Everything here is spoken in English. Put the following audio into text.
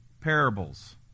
Parables